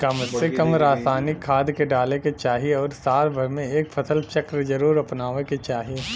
कम से कम रासायनिक खाद के डाले के चाही आउर साल भर में एक फसल चक्र जरुर अपनावे के चाही